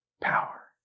power